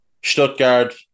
Stuttgart